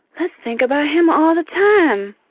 let's think about him all the time!